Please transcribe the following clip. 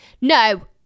no